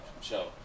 show